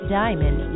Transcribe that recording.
diamond